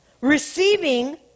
receiving